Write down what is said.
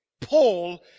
Paul